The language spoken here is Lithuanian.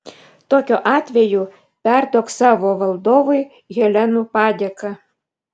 tokiu atveju perduok savo valdovui helenų padėką